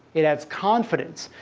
it adds confidence.